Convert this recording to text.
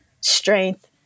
strength